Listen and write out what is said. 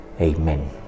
Amen